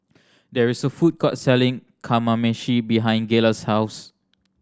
there is a food court selling Kamameshi behind Gayla's house